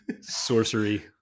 sorcery